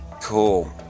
Cool